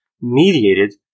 mediated